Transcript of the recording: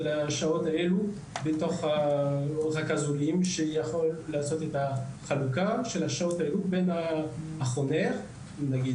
השעות הללו שיכול לעשות את התיאום בין החונך לחניך